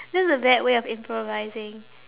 that's a bad way of improvising